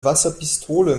wasserpistole